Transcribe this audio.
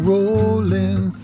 Rolling